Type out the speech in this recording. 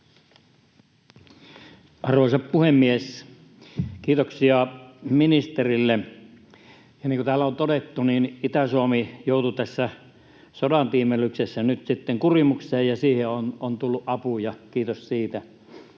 Arvoisa puhemies! Kiitoksia ministerille. Niin kuin täällä on todettu, niin Itä-Suomi joutui tässä sodan tiimellyksessä nyt sitten kurimukseen, ja siihen on tullut apuja — kiitos siitä.